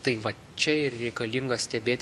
tai va čia ir reikalinga stebėt